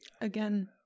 again